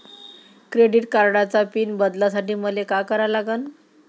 Credit कार्डाचा PIN बदलासाठी मले का करा लागन?